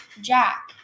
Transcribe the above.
Jack